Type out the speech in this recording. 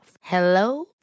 Hello